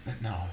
No